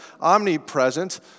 omnipresent